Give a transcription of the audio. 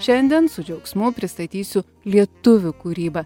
šiandien su džiaugsmu pristatysiu lietuvių kūrybą